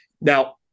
Now